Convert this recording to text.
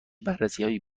بررسیهای